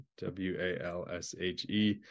W-A-L-S-H-E